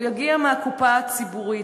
הוא יגיע מהקופה הציבורית.